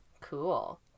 Cool